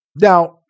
now